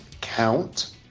count